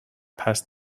past